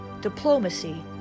diplomacy